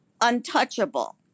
untouchable